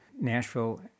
Nashville